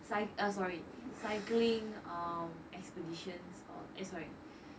cycl~ uh sorry cycling um expeditions or eh sorry